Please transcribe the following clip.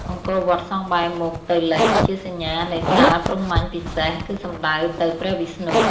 អង្គរវត្តសង់បែរមុខទៅ លិច ជាសញ្ញានៃសាលព្រហ្មញ្ញពិសេស គឺសំដៅទៅព្រះវិស្ណុ។